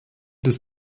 des